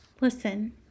Listen